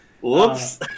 Whoops